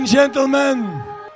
Gentlemen